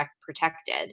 protected